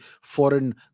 foreign